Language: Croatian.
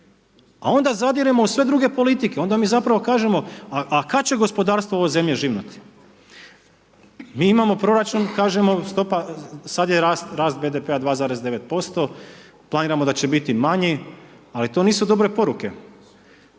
A onda zadiremo u sve druge politike, onda mi zapravo kažemo a kada će gospodarstvo ove zemlje živnuti? Mi imamo proračun, kažemo stopa, sada je rast BDP-a 2,9%, planiramo da će biti manji ali to nisu dobre poruke.